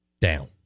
down